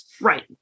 Right